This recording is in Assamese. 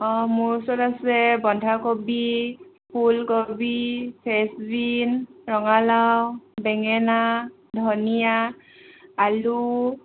অঁ মোৰ ওচৰত আছে বন্ধাকবি ফুলকবি ফ্ৰেন্সবিন ৰঙালাও বেঙেনা ধনীয়া আলু